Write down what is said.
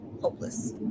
hopeless